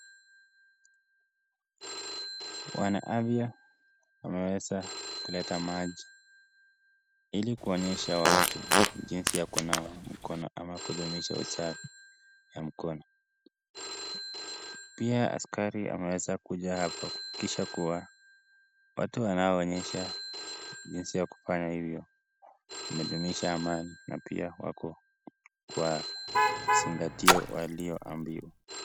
Wanaafya wameweza kuleta maji ili kuonyesha watu jinsi ya kunawa mkono ama kundumisha usafi wa mikono, pia asikari ameweza kuja hapa kuakikisha kuwa watu wanaoonyesha jinsi ya kufanya hivo wanadumisha amani na pia wako kwa kuzingatio walio halio.